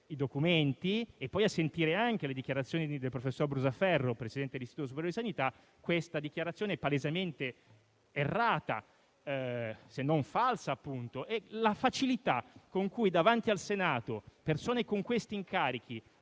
i documenti e a sentire anche le dichiarazioni del professor Brusaferro, presidente dell'Istituto superiore di sanità, questa dichiarazione è palesemente errata, se non falsa. La facilità con cui, davanti al Senato, persone con questi incarichi